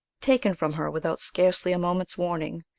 taken from her without scarcely a moment's warning,